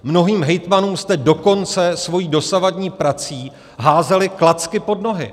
Mnohým hejtmanům jste dokonce svojí dosavadní prací házeli klacky pod nohy.